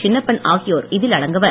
சின்னப்பன் ஆகியோர் இதில் அடங்குவர்